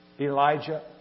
Elijah